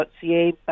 CA